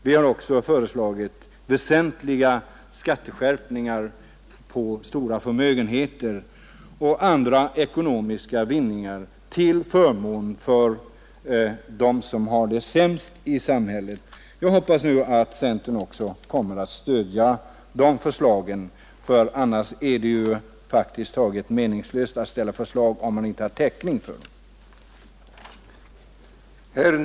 Vi har också föreslagit väsentliga skatteskärpningar på stora förmögenheter och även anvisat andra inkomstkällor till förmån för dem som har det sämst ställt i samhället. Jag hoppas att centern kommer att stödja de förslagen, ty det är ju meningslöst att ställa förslag om man inte har täckning för dem.